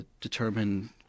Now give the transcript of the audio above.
determine